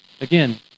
Again